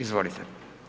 Izvolite.